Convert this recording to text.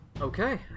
okay